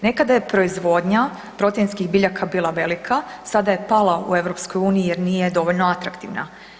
Nekada je proizvodnja proteinskih biljaka bila velika, sada je pala u EU jer nije dovoljno atraktivna.